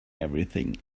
everything